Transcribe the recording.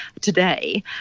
today